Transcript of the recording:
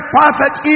perfect